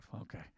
Okay